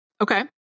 Okay